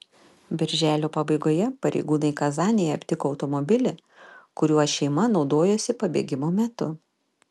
birželio pabaigoje pareigūnai kazanėje aptiko automobilį kuriuo šeima naudojosi pabėgimo metu